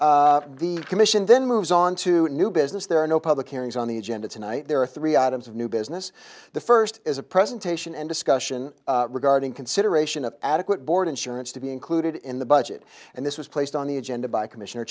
day the commission then moves on to new business there are no public hearings on the agenda tonight there are three out of new business the first is a presentation and discussion regarding consideration of adequate board insurance to be included in the budget and this was placed on the agenda by commissioner